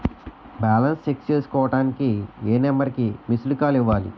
Balance check చేసుకోవటానికి ఏ number కి మిస్డ్ కాల్ ఇవ్వాలి?